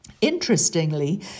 Interestingly